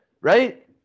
right